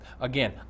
Again